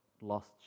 lost